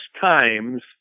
times